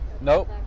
Nope